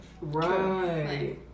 Right